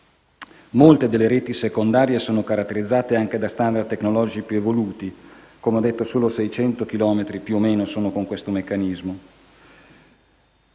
Molte delle reti secondarie sono caratterizzate anche da *standard* tecnologici più evoluti: come detto, solo 600 chilometri circa adottano questo meccanismo.